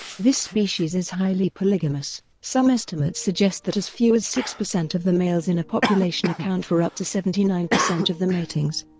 this species is highly polygamous. some estimates suggest that as few as six percent of the males in a population account for up to seventy-nine percent of the matings.